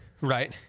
Right